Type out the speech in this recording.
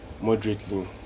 moderately